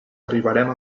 arribarem